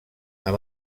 amb